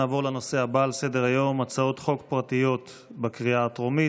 נעבור לנושא הבא על סדר-היום הצעות חוק פרטיות לקריאה הטרומית.